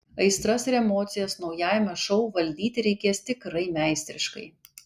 aistras ir emocijas naujajame šou valdyti reikės tikrai meistriškai